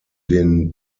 den